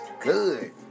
good